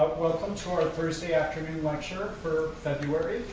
welcome to our thursday afternoon lecture for february.